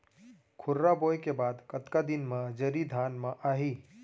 खुर्रा बोए के बाद कतका दिन म जरी धान म आही?